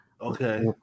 Okay